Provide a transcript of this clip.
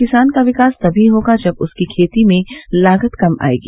किसान का विकास तभी होगा जब उसकी खेती में लागत कम आयेगी